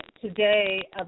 today